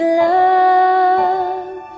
love